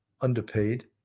underpaid